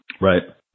Right